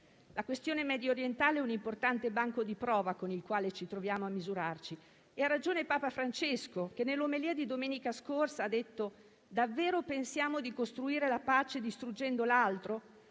La questione mediorientale è un importante banco di prova, con il quale ci troviamo a misurarci e ha ragione Papa Francesco, che nell'omelia di domenica scorsa ha detto: «Davvero pensiamo di costruire la pace distruggendo l'altro?».